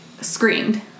Screamed